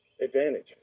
advantage